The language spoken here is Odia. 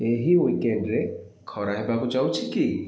ଏହି ୱିକେଣ୍ଡ୍ରେ ଖରା ହେବାକୁ ଯାଉଛି କି